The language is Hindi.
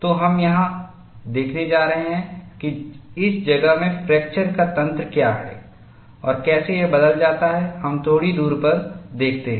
तो हम यह देखने जा रहे हैं कि इस जगह में फ्रैक्चर का तंत्र क्या है और कैसे यह बदल जाता है हम थोड़ी दूर पर देखते हैं